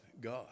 God